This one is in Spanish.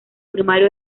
primario